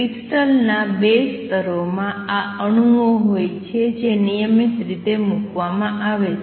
crystal ના ૨ સ્તરોમાં આ અણુઓ હોય છે જે નિયમિત રીતે મૂકવામાં આવે છે